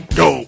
go